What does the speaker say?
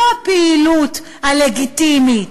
לא הפעילות הלגיטימית,